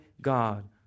God